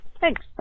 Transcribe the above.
Thanks